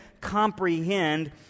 comprehend